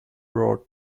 word